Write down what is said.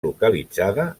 localitzada